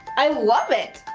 i love it.